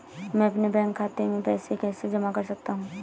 मैं अपने बैंक खाते में पैसे कैसे जमा कर सकता हूँ?